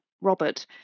robert